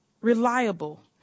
reliable